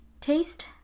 taste